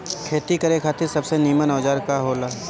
खेती करे खातिर सबसे नीमन औजार का हो ला?